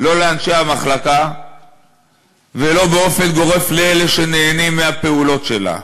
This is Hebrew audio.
לא לאנשי המחלקה ולא באופן גורף לאלה שנהנים מהפעולות שלה.